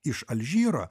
iš alžyro